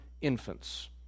infants